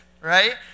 right